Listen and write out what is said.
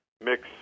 mix